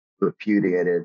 repudiated